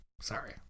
sorry